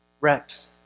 reps